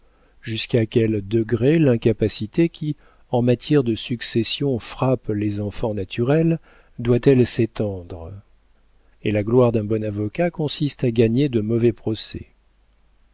jusqu'à quel degré l'incapacité qui en matière de succession frappe les enfants naturels doit-elle s'étendre et la gloire d'un bon avocat consiste à gagner de mauvais procès